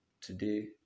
Today